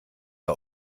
der